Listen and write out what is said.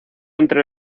entre